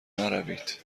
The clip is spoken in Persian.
نروید